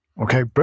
Okay